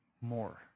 more